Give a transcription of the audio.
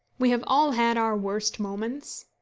we have all had our worst moments,